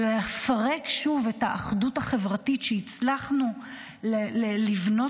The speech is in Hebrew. לפרק שוב את האחדות החברתית שהצלחנו לבנות